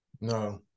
No